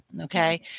Okay